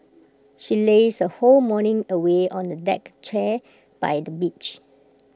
she lazed her whole morning away on A deck chair by the beach